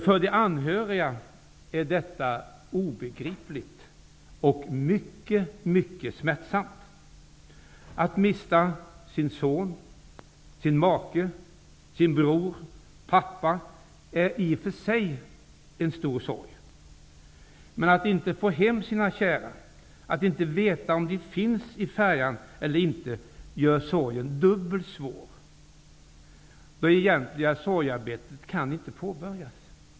För de anhöriga är detta obegripligt och mycket smärtsamt. Att mista sin son, make, bror eller pappa är i sig en stor sorg, men att inte få hem sina kära, och att inte veta om de finns på färjan eller inte gör sorgen dubbelt svår. Det egentliga sorgearbetet kan inte påbörjas.